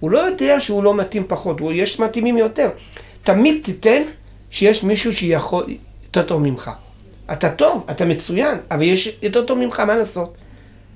הוא לא יודע שהוא לא מתאים פחות, יש מתאימים יותר. תמיד תיתן שיש מישהו שיכול יותר טוב ממך. אתה טוב, אתה מצוין, אבל יש יותר טוב ממך, מה לעשות?